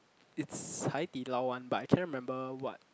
it's Hai-Di-Lao one but I cannot remember what